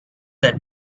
that